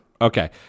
Okay